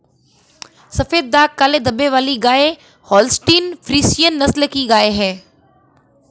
सफेद दाग काले धब्बे वाली गाय होल्सटीन फ्रिसियन नस्ल की गाय हैं